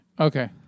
Okay